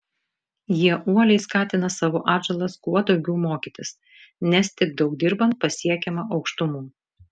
jie uoliai skatina savo atžalas kuo daugiau mokytis nes tik daug dirbant pasiekiama aukštumų